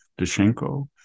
Dushenko